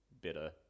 better